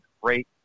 great